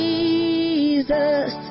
Jesus